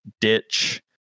ditch